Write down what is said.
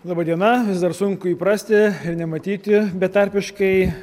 laba diena vis dar sunku įprasti ir nematyti betarpiškai